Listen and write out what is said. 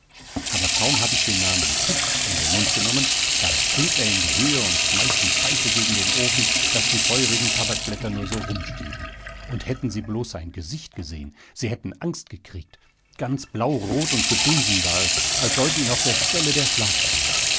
aber kaum hab ich den namen pütz in den mund genommen da springt er in die höhe und schmeißt die pfeife gegen den ofen daß die feurigen tabakblätter nur so rumstieben und hätten sie bloß sein gesicht gesehen sie hätten angst gekriegt ganz blaurot und gedunsen war es als sollt ihn auf der stelle der schlag rühren